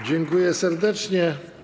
Dziękuję serdecznie.